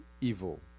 evil